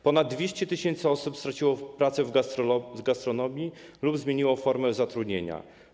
Ponad 200 tys. osób straciło pracę w gastronomii lub zmieniło formę zatrudnienia.